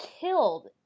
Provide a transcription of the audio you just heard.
killed